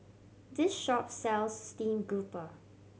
this shop sells steamed grouper